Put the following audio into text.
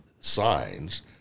signs